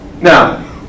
Now